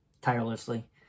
tirelessly